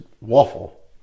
waffle